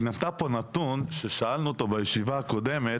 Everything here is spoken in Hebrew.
היא נתנה פה נתון ששאלנו אותו בישיבה הקודמת